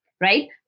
right